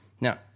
Now